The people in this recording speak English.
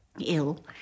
ill